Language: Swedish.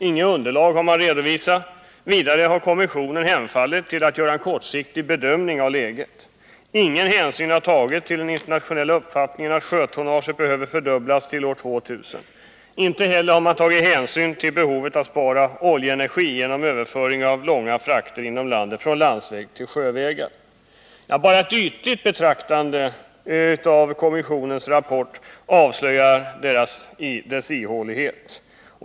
Inget underlag har redovisats. Vidare har kommissionen hemfallit åt att göra en kortsiktig bedömning av läget. Ingen hänsyn har tagits till den internationella uppfattningen att sjötonnaget behöver fördubblas till år 2000. Inte heller har hänsyn tagits till behovet av att spara oljeenergi genom en överföring av långa frakter inom landet från landsväg till sjövägar. Bara ett ytligt betraktande av kommissionens rapport avslöjar dess ihålighet.